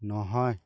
নহয়